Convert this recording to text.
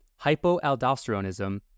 hypoaldosteronism